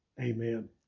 Amen